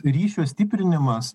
ryšio stiprinimas